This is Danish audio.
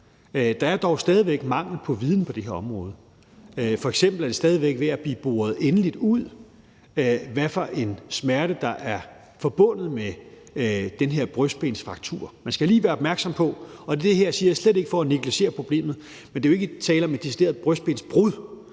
Der er dog stadig væk mangel på viden på det her område. F.eks. er det stadig væk ved at blive boret endeligt ud, hvad for en smerte der er forbundet med den her brystbensfraktur. Man skal lige være opmærksom på – og det her siger jeg slet ikke for at negligere problemet – at der jo ikke er tale om et decideret brystbensbrud,